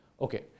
Okay